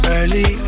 Early